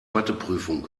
matheprüfung